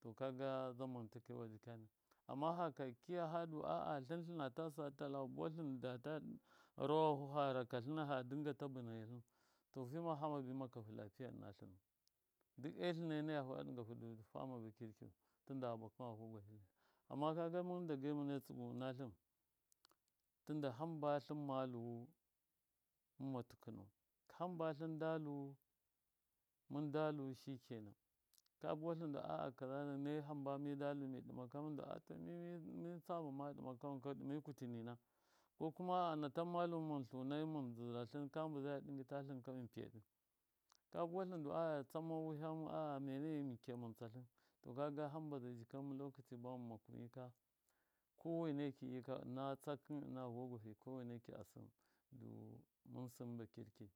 To kaga zaman takewa jɨkani amma haka kiya hadu a. a tlɨn tlɨnata sa tal da buwatlɨn data rawahu fa raka tlɨnai fa dɨnga tabɨna hiyatlin to fima fama bɨ makafu lapiya ɨna tlɨnu duk e tline nayahu du fama ba kirkiyu tunda fa amma kaga mɨn ba munai makuwɨm ɨna tlɨn tɨnda hamb tlɨmaluwu mɨmma tɨkɨnau hamba tlɨndalu mɨndalu shikenan ka buwatlɨn a. a kaza da kaza nai hamba midalu mi ɗɨmaka mɨndu a. a to mimi sa bama wankau ɗɨmi kutɨ nina ko kuma a. a na tanmaluwu mɨn lunai mɨn zuwatlɨn ka mbɨzaya ɗɨngɨ tatlɨn ka mɨn piyaɗɨ ka buwatlɨn a. a tsama wiham a. a menene mɨn kiya mɨn tsatɨn to kaga hamba zai jika lokaci ba mɨn makuwɨn yika koweneki yika ɨna tsakɨ ɨna vogwahɨ ko waineki asɨn du mɨn sɨn ba kirki